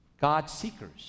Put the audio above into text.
God-seekers